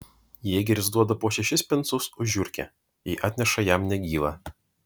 jėgeris duoda po šešis pensus už žiurkę jei atneša jam negyvą